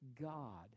God